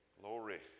Glory